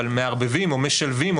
אבל מערבבים או משלבים,